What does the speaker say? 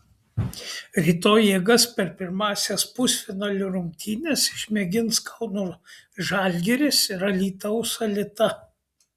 rytoj jėgas per pirmąsias pusfinalio rungtynes išmėgins kauno žalgiris ir alytaus alita